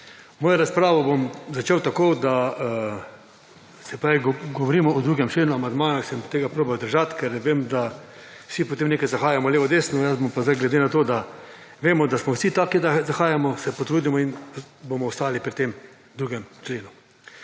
Mojo razpravo bom začel tako, da se govorimo o 2. členu amandmaja in se bom probal tega držati, ker vem, da vsi, potem nekaj zahajamo levo, desno jaz pa bom sedaj glede na to, da vemo, da smo vsi taki, da zahajamo se potrudimo in bomo ostali pri tem 2. členu.